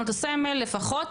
מעונות הסמל לפחות,